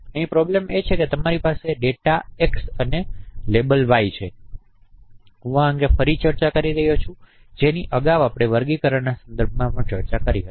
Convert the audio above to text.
અહીં પ્રોબ્લેમ એ છે કે તમારી પાસે x ડેટા અને y લેબલ છે હું આ અંગે ફરી ચર્ચા કરી રહ્યો છું જેની અગાઉ આપણે વર્ગીકરણના સંદર્ભમાં પણ ચર્ચા કરી હતી